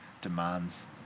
demands